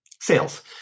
sales